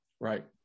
Right